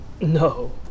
No